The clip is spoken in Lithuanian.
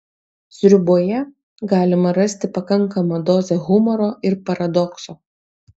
sriuboje galima rasti pakankamą dozę humoro ir paradokso